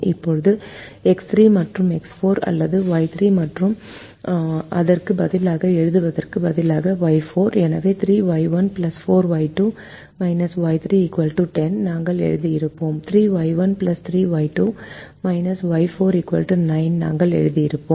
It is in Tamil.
இப்போது X3 மற்றும் X4 அல்லது Y3 மற்றும் அதற்கு பதிலாக எழுதுவதற்கு பதிலாக Y4 எனவே 3Y1 4Y2 Y3 10 நாங்கள் எழுதியிருப்போம் 3Y1 3Y2 Y4 9 நாங்கள் எழுதியிருப்போம்